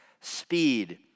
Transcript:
Speed